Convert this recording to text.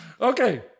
Okay